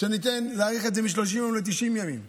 שנאריך את זה מ-30 יום ל-90 יום,